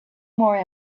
more